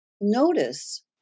notice